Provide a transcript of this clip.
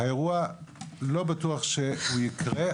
האירוע לא בטוח שהוא יקרה,